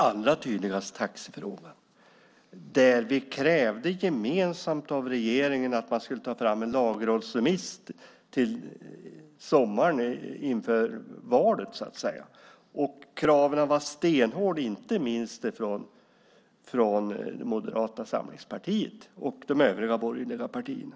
Allra tydligast var det i taxifrågan, där vi gemensamt krävde av regeringen att man skulle ta fram en lagrådsremiss till sommaren inför valet. Kraven var stenhårda, inte minst från Moderata samlingspartiet och de övriga borgerliga partierna.